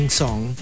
song